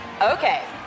Okay